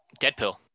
Deadpool